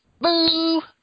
Boo